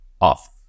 off